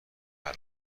الان